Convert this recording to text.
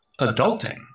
Adulting